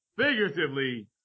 figuratively